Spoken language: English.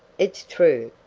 it's true,